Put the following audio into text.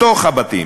בתוך הבתים,